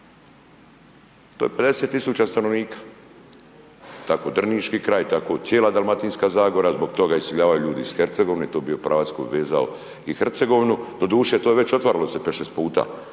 To je 50 tisuća stanovnika, tako Drniški kraj, tako cijela Dalmatinska zagora, zbog toga iseljavaju ljudi iz Hercegovine, to je bio pravac koji je vezao i Hercegovinu, doduše to je već otvaralo se 5-6 puta,